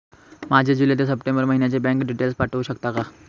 माझे जुलै ते सप्टेंबर महिन्याचे बँक डिटेल्स पाठवू शकता का?